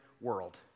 world